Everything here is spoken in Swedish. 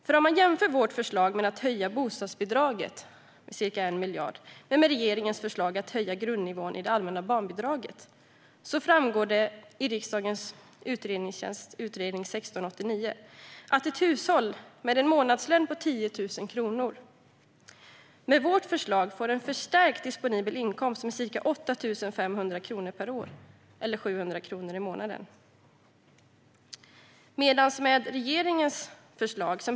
Vi kan jämföra vårt förslag att höja bostadsbidraget, alltså ca 1 miljard, med regeringens förslag om att höja grundnivån i det allmänna barnbidraget. Då framgår det enligt utredning dnr 2017:1689, gjord av riksdagens utredningstjänst, att ett hushåll med en månadslön på 10 000 kronor får en förstärkt disponibel inkomst med ca 8 500 kronor per år, eller 700 kronor i månaden, med Sverigedemokraternas förslag.